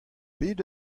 pet